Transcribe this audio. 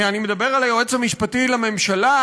אני מדבר על היועץ המשפטי לממשלה,